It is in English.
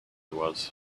was